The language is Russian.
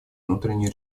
внутренние